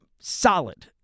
solid